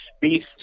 Beef